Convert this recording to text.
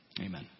Amen